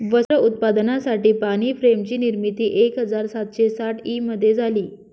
वस्त्र उत्पादनासाठी पाणी फ्रेम ची निर्मिती एक हजार सातशे साठ ई मध्ये झाली